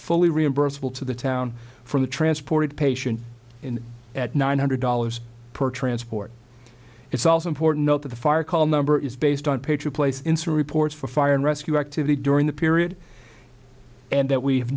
fully reimbursable to the town for the transported patient in at nine hundred dollars per transport it's also important that the fire call number is based on picture place in some reports for fire and rescue activity during the period and that we have